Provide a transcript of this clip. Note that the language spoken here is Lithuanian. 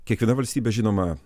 kiekviena valstybė žinoma